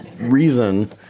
reason